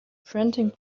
printing